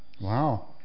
Wow